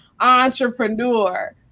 entrepreneur